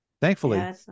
Thankfully